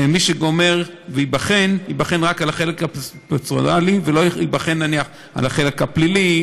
שגומר להיבחן ייבחן רק על החלק הפרוצדורלי ולא ייבחן על החלק הפלילי,